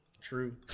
true